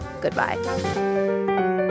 Goodbye